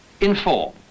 inform